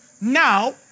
Now